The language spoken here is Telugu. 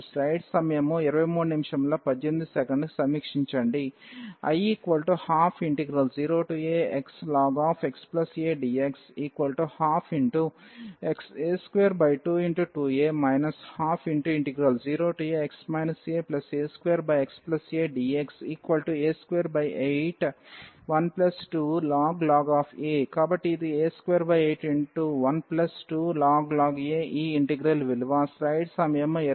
I120axln⁡xadx 12a222a 120ax aa2xadx a2812ln a కాబట్టి ఇది a2812ln a ఈ ఇంటిగ్రల్ విలువ